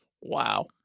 Wow